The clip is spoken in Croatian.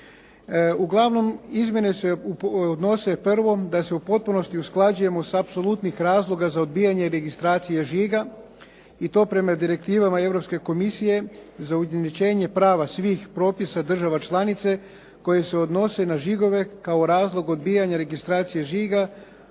Uglavnom, izmjene se odnose prvo da se u potpunosti usklađujemo sa apsolutnih razloga za odbijanje registracije žiga i to prema direktivama Europske komisije za ujednačenje prava svih propisa država članica koje se odnose na žigove kao razlog odbijanja registracije žiga.